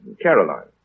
Caroline